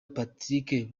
patrick